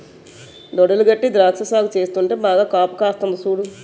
దడులు గట్టీ ద్రాక్ష సాగు చేస్తుంటే బాగా కాపుకాస్తంది సూడు